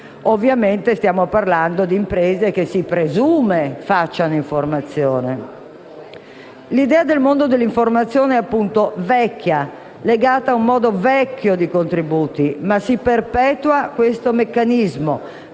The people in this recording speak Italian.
Ovviamente stiamo parlando di imprese che si presume facciano informazione. L'idea del mondo dell'informazione è, appunto, vecchia e legata a un vecchio modo di recepire contributi, eppure si perpetua questo meccanismo,